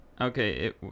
Okay